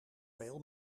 veel